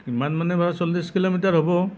কিমান মানে বাৰু চল্লিছ কিলোমিটাৰ হ'ব